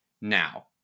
now